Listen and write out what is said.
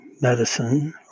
medicine